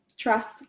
Trust